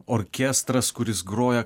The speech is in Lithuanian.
orkestras kuris groja